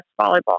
volleyball